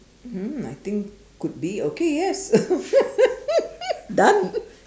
mm I think could be okay yes done